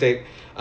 perfect